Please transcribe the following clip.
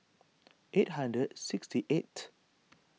eight hundred sixty eighth